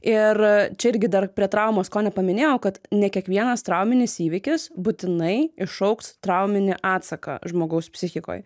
ir čia irgi dar prie traumos ko nepaminėjau kad ne kiekvienas trauminis įvykis būtinai iššauks trauminį atsaką žmogaus psichikoj